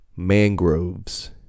mangroves